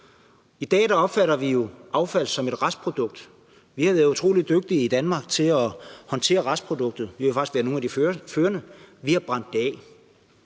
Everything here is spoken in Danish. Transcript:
I dag opfatter vi jo affald som et restprodukt. Vi har i Danmark været utrolig dygtige til at håndtere restproduktet. Vi har faktisk været nogle af de førende. Vi har brændt det af.